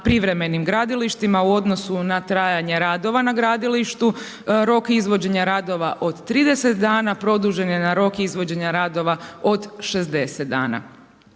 privremenim gradilištima u odnosu na trajanje radova na gradilištu. Rok izvođenja radova od 30 dana produžen je na rok izvođenja radova od 60 dana.